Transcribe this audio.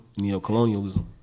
neocolonialism